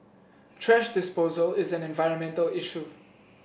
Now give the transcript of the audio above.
thrash disposal is an environmental issue